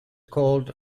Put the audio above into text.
called